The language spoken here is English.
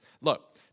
Look